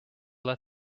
let